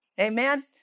Amen